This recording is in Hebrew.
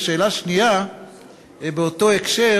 ושאלה שנייה באותו הקשר: